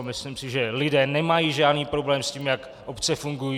Myslím si, že lidé nemají žádný problém s tím, jak obce fungují.